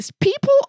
People